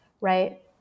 right